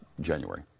January